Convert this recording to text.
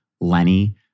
Lenny